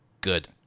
good